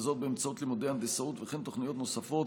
באמצעות לימודי הנדסאות ותוכניות נוספות